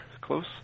close